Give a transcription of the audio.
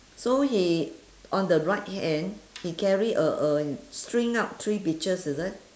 so he on the right hand he carry a a string up three peaches is it